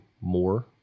more